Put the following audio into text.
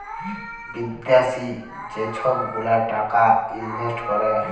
বিদ্যাশি যে ছব গুলা টাকা ইলভেস্ট ক্যরে